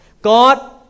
God